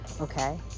okay